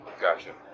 Gotcha